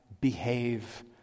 behave